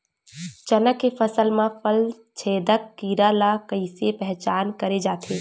चना के फसल म फल छेदक कीरा ल कइसे पहचान करे जाथे?